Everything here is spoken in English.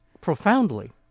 Profoundly